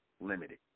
limited